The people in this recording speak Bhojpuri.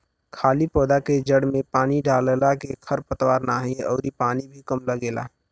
खाली पौधा के जड़ में पानी डालला के खर पतवार नाही अउरी पानी भी कम लगेला